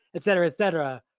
et cetera, et cetera.